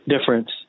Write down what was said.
difference